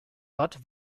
dort